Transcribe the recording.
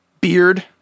beard